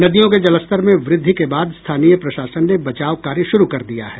नदियों के जलस्तर में वृद्धि के बाद स्थानीय प्रशासन ने बचाव कार्य शुरू कर दिया है